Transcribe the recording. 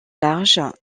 large